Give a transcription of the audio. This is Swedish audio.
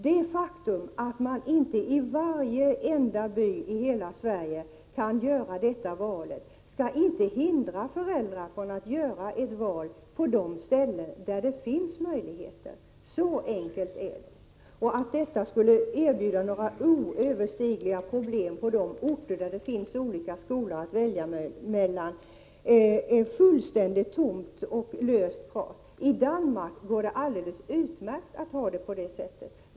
Det faktum att man inte i varenda by i hela Sverige kan göra detta val skall inte hindra föräldrar från att göra ett val på de ställen där det finns möjligheter. Så enkelt är det. Att detta skulle innebära några oöverstigliga problem på de orter där det finns olika skolor att välja mellan är fullständigt tomt och löst prat. I Danmark går det alldeles utmärkt att ha det på det sättet.